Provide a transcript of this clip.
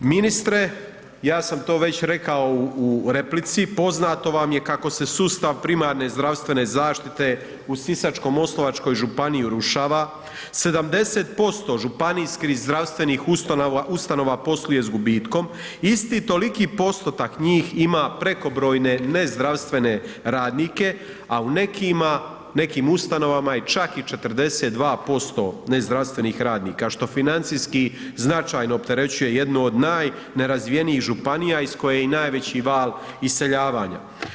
Ministre, ja sam to već rekao u replici, poznato vam je kako se sustav primarne zdravstvene zaštite u Sisačko-moslavačkoj županiji urušava, 70% županijskih zdravstvenih ustanova posluje s gubitkom, isti toliki postotak njih ima prekobrojne nezdravstvene radnike, a u nekima, nekim ustanovama je čak i 42% nezdravstvenih radnika što financijski značajno opterećuje jednu od najnerazvijenijih županija iz koje je i najveći val iseljavanja.